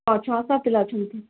ହଁ ଛଅଶହ ପିଲା ଅଛନ୍ତି